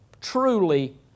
truly